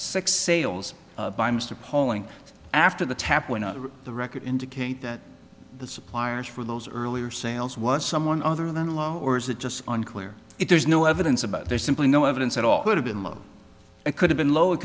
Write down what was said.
six sales by mr pauling after the tap went on the record indicate that the suppliers for those earlier sales was someone other than low or is it just unclear if there's no evidence about there's simply no evidence at all it would have been low it could have been low it